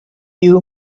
you